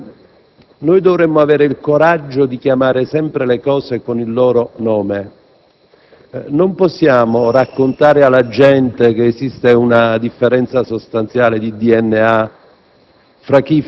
Noi dovremmo avere il coraggio di chiamare sempre le cose con il loro nome: non possiamo raccontare alla gente che esiste una differenza sostanziale, di DNA,